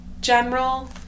general